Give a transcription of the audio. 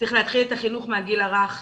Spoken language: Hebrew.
צריך להתחיל את החינוך מהגיל הרך.